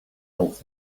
else